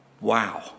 Wow